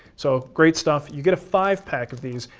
so great stuff. you get a five-pack of these.